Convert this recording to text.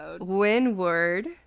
Windward